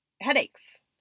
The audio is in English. headaches